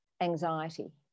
anxiety